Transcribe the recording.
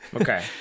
Okay